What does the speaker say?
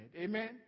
Amen